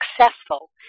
successful